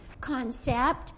concept